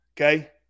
Okay